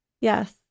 Yes